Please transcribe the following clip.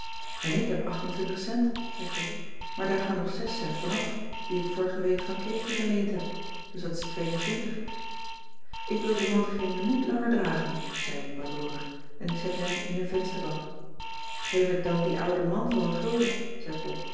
en ik heb acht en twintig cent zei kit maar daar gaan nog zes cent af die ik vorige week van keetje geleend heb dus dat is twee en twintig ik wil die mand geen minuut langer dragen zei ik baloorig en ik zette hem in een vensterbank geef het dan dien ouden man voor een gulden